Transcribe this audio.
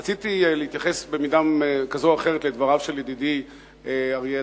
רציתי להתייחס במידה כזאת או אחרת לדבריו של ידידי אריה אלדד,